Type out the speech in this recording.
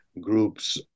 groups